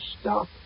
Stop